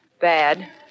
bad